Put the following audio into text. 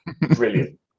Brilliant